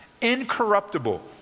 incorruptible